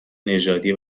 نژادی